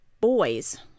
boys